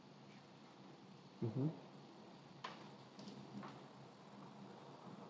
mmhmm